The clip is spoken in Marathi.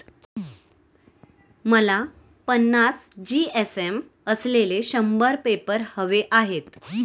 मला पन्नास जी.एस.एम असलेले शंभर पेपर हवे आहेत